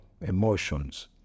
emotions